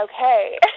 okay